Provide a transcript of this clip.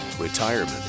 Retirement